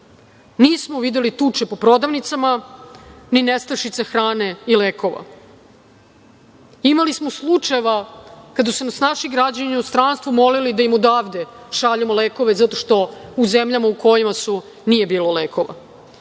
Nismo videli tuče po prodavnicama, ni nestašice hrane i lekova. Imali smo slučajeva kada su nas naši građani u inostranstvu molili da im odavde šaljemo lekove zato što u zemljama u kojima su nije bilo lekova. Nismo